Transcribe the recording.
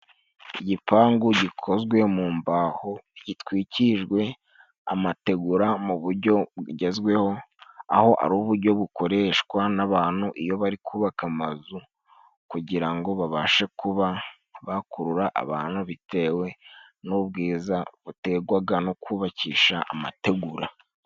Igipangu gikozwe mu mbaho gitwikijwe amategura mu bujyo bugezweho, aho ari ubujyo bukoreshwa n'abantu, iyo bari kubaka amazu kugira ngo babashe kuba bakurura abantu, bitewe n'ubwiza butegwaga no kubakisha amategura.